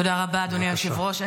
תודה רבה, אדוני היושב-ראש.